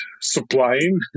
supplying